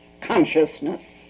consciousness